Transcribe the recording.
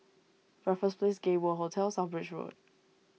Raffles Place Gay World Hotel South Bridge Road